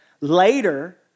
Later